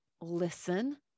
listen